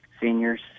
Seniors